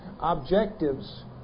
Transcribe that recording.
objectives